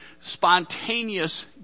spontaneous